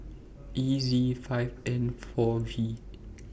E Z five N four V